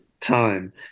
time